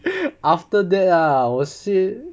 after that ah we'll see